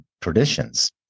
traditions